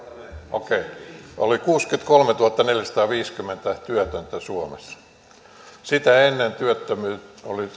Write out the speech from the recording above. okei oli kuusikymmentäkolmetuhattaneljäsataaviisikymmentä työtöntä suomessa sitä ennen työttömyys oli